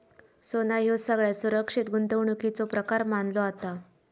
सोना ह्यो सगळ्यात सुरक्षित गुंतवणुकीचो प्रकार मानलो जाता